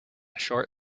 short